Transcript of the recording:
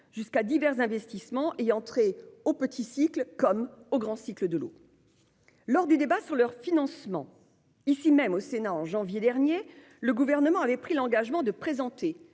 jusqu'à divers investissements ayant trait au petit cycle comme au grand cycle de l'eau. Lors du débat organisé sur leur financement, ici même, au Sénat, au mois de janvier dernier, le Gouvernement a pris l'engagement de présenter